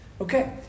okay